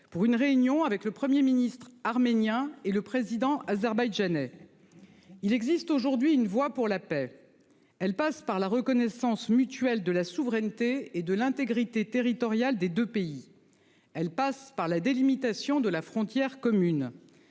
pour une réunion avec le Premier ministre arménien et le président azerbaïdjanais. Il existe aujourd'hui une voix pour la paix. Elle passe par la reconnaissance mutuel de la souveraineté et de l'intégrité territoriale des 2 pays. Elle passe par la délimitation de la frontière commune.